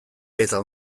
eta